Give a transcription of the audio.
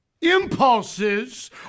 impulses